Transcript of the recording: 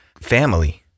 family